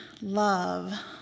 love